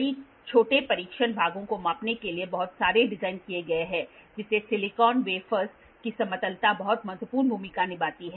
कई छोटे परीक्षण भागों को मापने के लिए बहुत सारे डिज़ाइन किए गए हैं जैसे सिलिकॉन वेफर्स की समतलता बहुत महत्वपूर्ण भूमिका निभाती है